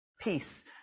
Peace